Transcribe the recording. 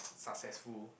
successful